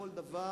כל דבר